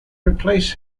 replace